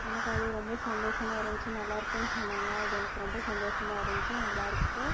எனக்கு அது ரொம்ப சந்தோஷமா இருந்துச்சு நல்லாயிருக்குன்னு சொன்னாங்க அது எனக்கு ரொம்ப சந்தோஷமா இருந்துச்சு நல்லாயிருக்கு